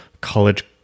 college